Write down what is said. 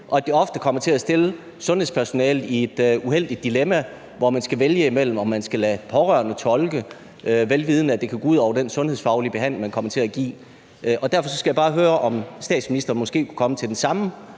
og at det ofte kommer til at stille sundhedspersonalet i et uheldigt dilemma, hvor man eventuelt skal vælge at lade pårørende tolke, vel vidende at det kan gå ud over den sundhedsfaglige behandling, man kommer til at give. Derfor skal jeg bare høre, om statsministeren måske kunne komme til den samme